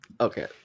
Okay